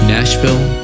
Nashville